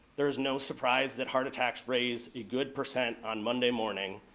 there's no surprise that heart attacks raise a good percent on monday morning,